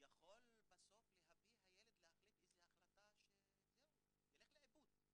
ויכול להביא את הילד להחלטה שזהו, ילך לאיבוד.